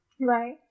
Right